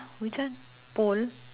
which one pole